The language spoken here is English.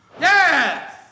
Yes